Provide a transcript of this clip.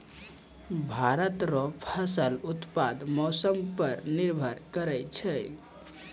भारत रो फसल उत्पादन मौसम पर निर्भर करै छै